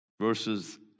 Verses